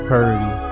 Purdy